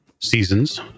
seasons